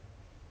orh 是 mah